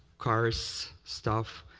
cars stuff,